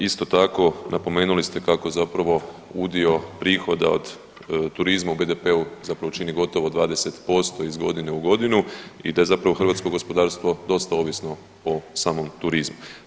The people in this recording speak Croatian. Isto tako napomenuli ste kako zapravo udio prihoda od turizma u BDP-u zapravo čini gotovo 20% iz godine u godinu i da je zapravo hrvatsko gospodarstvo dosta ovisno o samom turizmu.